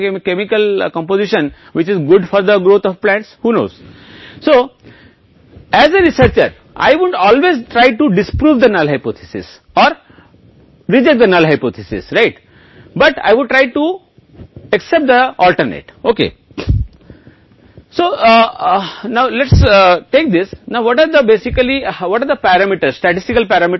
मैं एक पारंपरिक तरीके से गुजर रहा हूं कि पौधों को पानी दिया गया है इसलिए पानी अवश्य देना चाहिए लेकिन हो सकता है सोडा को कुछ रासायनिक संरचना मिली हो जो की वृद्धि के लिए अच्छा है पौधों को जो एक शोधकर्ता के रूप में जानते हैं हमेशा अशक्त परिकल्पना को अस्वीकार करने का प्रयास करूंगा लेकिन मैं वैकल्पिक ठीक स्वीकार करने की कोशिश करूंगा